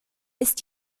ist